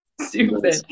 Stupid